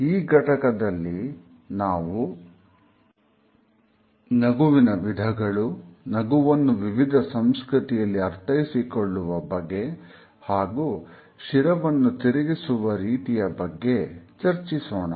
ಈ ಘಟಕದಲ್ಲಿ ನಾವು ನಗುವಿನ ವಿಧಗಳು ನಗುವನ್ನು ವಿವಿಧ ಸಂಸ್ಕೃತಿಯಲ್ಲಿ ಅರ್ಥೈಸಿಕೊಳ್ಳುವ ಬಗೆ ಹಾಗೂ ಶಿರವನ್ನು ತಿರುಗಿಸುವ ರೀತಿಯ ಬಗ್ಗೆ ಚರ್ಚಿಸೋಣ